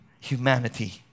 humanity